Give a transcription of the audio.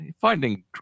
finding